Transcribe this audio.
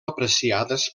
apreciades